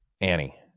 Annie